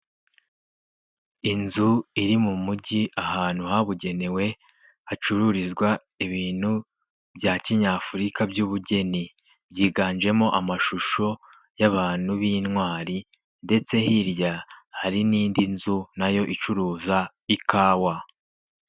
Inzu iri mu mujyi ahantu habugenewe hacururizwa ibintu bya kinyafurika by'ubugeni, byiganjemo amashusho y'abantu b'intwari ndetse hirya hari n'indi nzu nayo icuruza ikawa.